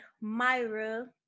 Myra